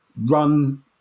run